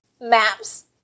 maps